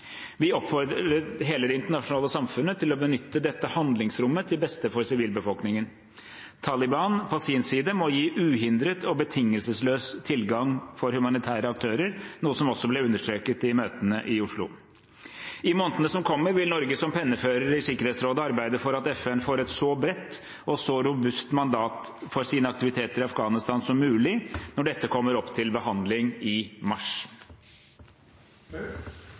Vi oppfordrer hele det internasjonale samfunnet til å benytte dette handlingsrommet til beste for sivilbefolkningen. Taliban på sin side må gi uhindret og betingelsesløs tilgang for humanitære aktører, noe som også ble understreket i møtene i Oslo. I månedene som kommer, vil Norge som pennefører i Sikkerhetsrådet arbeide for at FN får et så bredt og så robust mandat for sine aktiviteter i Afghanistan som mulig når dette kommer opp til behandling i mars.